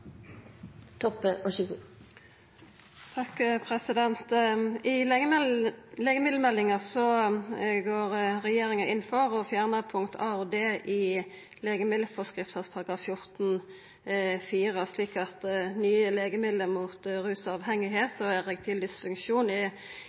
I legemiddelmeldinga går regjeringa inn for å fjerna punkta a og d i legemiddelforskrifta § 14-14, slik at nye legemiddel mot